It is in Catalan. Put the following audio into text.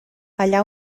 allà